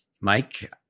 Mike